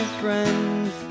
friends